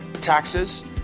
taxes